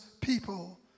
people